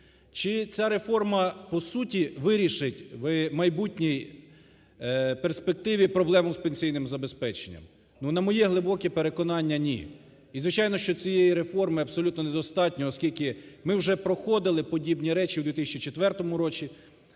Чи ця реформа по-суті вирішить в майбутній перспективі проблему з пенсійним забезпеченням? Ну на моє глибоке переконання, ні. І, звичайно, що цієї реформи абсолютно недостатньо, оскільки ми вже проходили подібні речі у 2004 році,